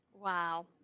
Wow